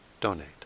donate